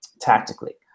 tactically